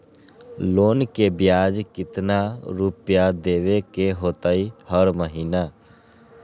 Loan के ब्याज कितना रुपैया देबे के होतइ हर महिना?